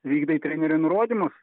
vykdai trenerių nurodymus